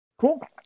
Cool